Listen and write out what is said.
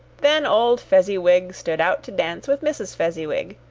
then old fezziwig stood out to dance with mrs. fezziwig.